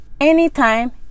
anytime